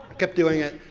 kept doing it,